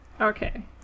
Okay